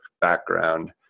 background